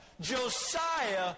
Josiah